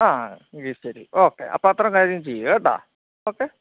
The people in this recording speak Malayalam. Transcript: ആ എങ്കിൽ ശരി ഓക്കെ അപ്പോൾ അത്രയും കാര്യം ചെയ്യാം കേട്ടോ ഓക്കെ